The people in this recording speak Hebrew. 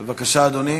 בבקשה, אדוני.